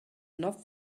not